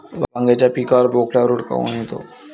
वांग्याच्या पिकावर बोकड्या रोग काऊन येतो?